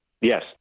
Yes